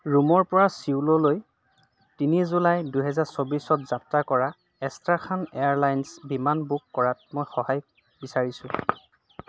ৰোমৰ পৰা ছিউললৈ তিনি জুলাই দুহেজাৰ চৌব্বিছত যাত্ৰা কৰা এষ্ট্ৰাখান এয়াৰলাইনছ বিমান বুক কৰাত মই সহায় বিচাৰিছো